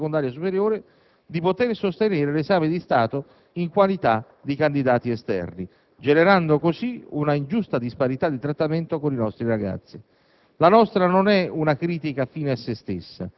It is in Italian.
dell'Unione Europea che non abbiano frequentato l'ultimo anno di istruzione secondaria superiore, di poter sostenere l'esame di Stato in qualità di candidati esterni, generando così una ingiusta disparità di trattamento con i nostri ragazzi.